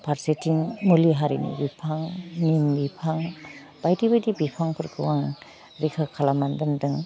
फारसेथिं मुलि हारिनि बिफां निम बिफां बायदि बायदि बिफांफोरखौ आं रैखा खालामनानै दोनदों